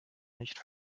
nicht